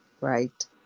right